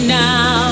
now